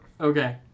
Okay